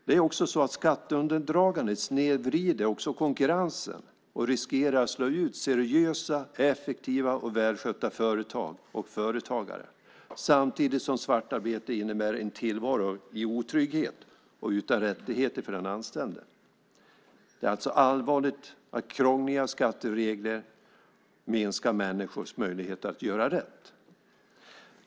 Det är också så att skatteundandragande snedvrider konkurrensen och riskerar att slå ut seriösa, effektiva och välskötta företag och företagare samtidigt som svartarbete innebär en tillvaro i otrygghet och utan rättigheter för den anställde. Det är alltså allvarligt att krångliga skatteregler minskar människors möjligheter att göra rätt.